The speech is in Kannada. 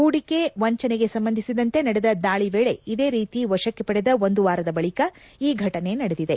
ಪೂಡಿಕೆ ವಂಜನೆಗೆ ಸಂಬಂಧಿಸಿದಂತೆ ನಡೆದ ದಾಳಿ ವೇಳೆ ಇದೇ ರೀತಿ ವಶಕ್ಕೆ ಪಡೆದ ಒಂದು ವಾರದ ಬಳಿಕ ಈ ಘಟನೆ ನಡೆದಿದೆ